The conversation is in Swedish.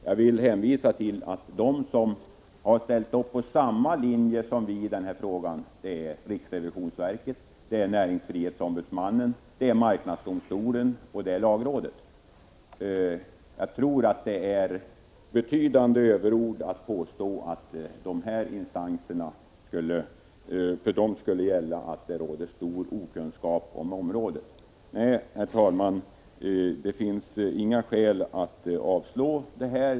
Jag vill hänvisa till att de som har ställt upp på samma linje som vi i den här frågan är riksrevisionsverket, näringsfrihetsombudsmannen, marknadsdomstolen och lagrådet. Jag anser att det är betydande överord att påstå att det inom de instanserna skulle råda stor okunskap om området. Nej, herr talman, det finns inga skäl att avslå förslaget.